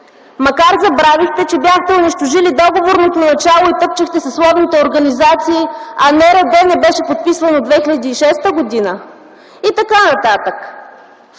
Макар, забравихте, че бяхте унищожили договорното начало и тъпчехте съсловните организации, а НРД не беше подписван от 2006 г.? И т.н.